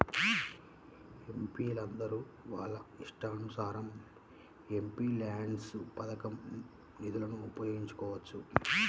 ఎంపీలందరూ వాళ్ళ ఇష్టానుసారం ఎంపీల్యాడ్స్ పథకం నిధులను ఉపయోగించుకోవచ్చు